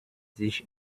sich